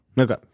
Okay